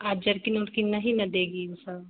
आ जरकिन उरकिन नहीं न देगी सब